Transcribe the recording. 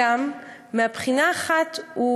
מבחינה אחת,